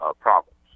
Problems